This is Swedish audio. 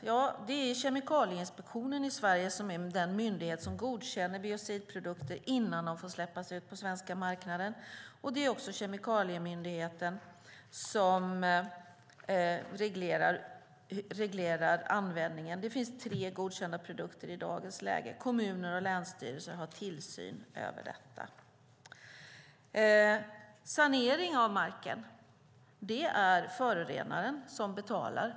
I Sverige är Kemikalieinspektionen den myndighet som godkänner biocidprodukter innan de får släppas ut på den svenska marknaden. Det är också kemikaliemyndigheten som reglerar användningen. Det finns tre godkända produkter i dagens läge. Kommuner och länsstyrelser har tillsyn över detta. Det är förorenaren som betalar sanering av marken.